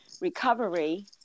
recovery